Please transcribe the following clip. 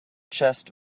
chest